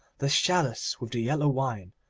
the chalice with the yellow wine,